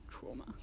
Trauma